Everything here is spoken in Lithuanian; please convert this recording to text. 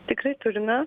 tikrai turime